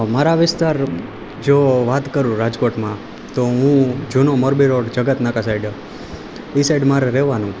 મારા વિસ્તાર જો વાત કરું રાજકોટમાં તો હું જૂનું મોરબી રોડ જકાત નાકા સાઈડ ઈ સાઇડ મારે રહેવાનું